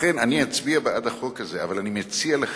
לכן, אני אצביע בעד החוק הזה, אבל אני מציע לכם,